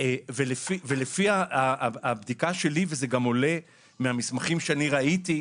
אני לגמרי אומרת מכל מלמדיי השכלתי,